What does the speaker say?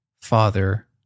father